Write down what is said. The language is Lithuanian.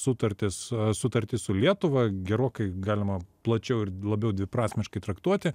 sutartis sutartis su lietuva gerokai galima plačiau ir labiau dviprasmiškai traktuoti